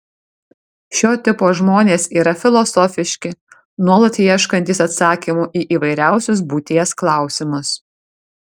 šio tipo žmonės yra filosofiški nuolat ieškantys atsakymų į įvairiausius būties klausimus